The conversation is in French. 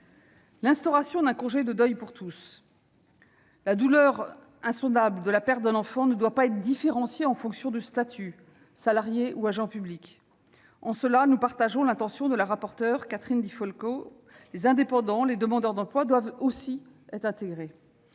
l'instauration d'un congé de deuil pour tous. La douleur insondable de la perte d'un enfant ne doit pas être différenciée en fonction de statuts : salariés, agents publics- en cela, nous partageons l'intention de la rapporteure pour avis Catherine Di Folco -, indépendants, demandeurs d'emploi. Tous bénéficieront